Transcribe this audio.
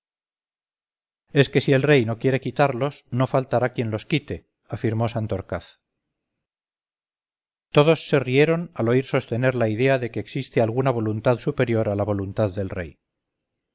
es que si el rey no quiere quitarlos no faltará quien los quite afirmó santorcaz todos se rieron al oír sostener la idea de que existe alguna voluntad superior a la voluntad del rey